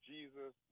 Jesus